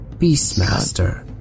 Beastmaster